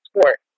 sport